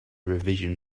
revision